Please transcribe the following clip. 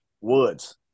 Woods